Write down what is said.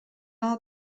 all